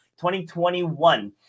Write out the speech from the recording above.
2021